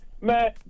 man